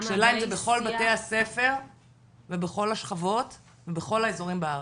השאלה אם זה בכל בתי הספר ובכל השכבות ובכל האזורים בארץ?